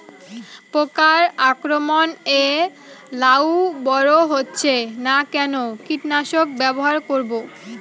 পোকার আক্রমণ এ লাউ বড় হচ্ছে না কোন কীটনাশক ব্যবহার করব?